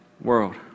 world